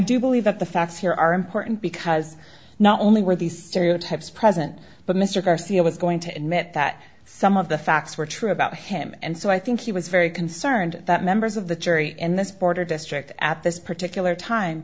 do believe that the facts here are important because not only were the stereotypes present but mr garcia was going to admit that some of the facts were true about him and so i think he was very concerned that members of the jury in this border district at this particular time